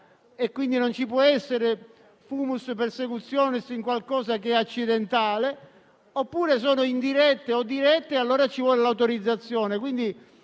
quindi non ci può essere *fumus persecutionis* in qualcosa di accidentale, oppure sono indirette o dirette e allora ci vuole l'autorizzazione.